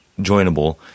joinable